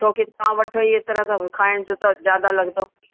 छो की तव्हां वठो ई एतिरा अथव खाइण जो त ज्यादा लॻंदो